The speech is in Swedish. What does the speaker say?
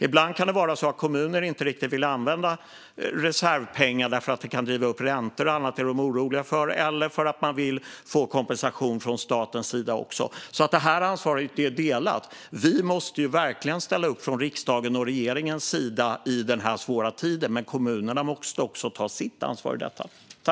Ibland kanske kommuner inte riktigt vill använda reservpengar för att de är oroliga för att det kan driva upp räntor och annat eller för att de vill få kompensation från statens sida. Detta ansvar är alltså delat. Vi måste verkligen ställa upp från riksdagens och regeringens sida i denna svåra tid, men kommunerna måste också ta sitt ansvar i detta.